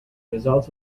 results